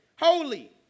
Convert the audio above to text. holy